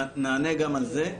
נענה גם על זה.